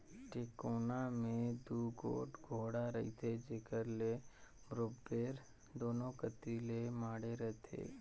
टेकोना मे दूगोट गोड़ा रहथे जेकर ले बरोबेर दूनो कती ले माढ़े रहें